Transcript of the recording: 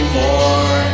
more